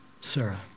Sarah